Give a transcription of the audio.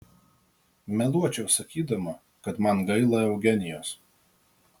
meluočiau sakydama kad man gaila eugenijos